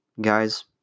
guys